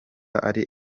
ari